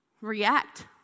react